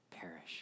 perish